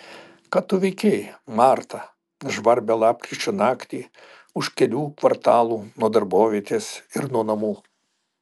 ką tu veikei marta žvarbią lapkričio naktį už kelių kvartalų nuo darbovietės ir nuo namų